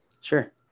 Sure